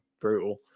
brutal